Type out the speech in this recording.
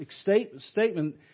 statement